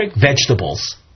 vegetables